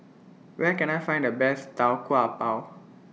Where Can I Find The Best Tau Kwa Pau